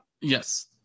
Yes